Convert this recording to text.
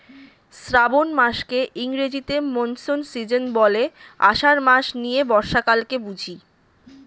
শ্রাবন মাসকে ইংরেজিতে monsoon season বলে, আষাঢ় মাস নিয়ে বর্ষাকালকে বুঝি